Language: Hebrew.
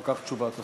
אחר כך, תשובת השר,